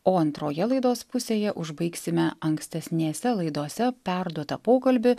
o antroje laidos pusėje užbaigsime ankstesnėse laidose perduotą pokalbį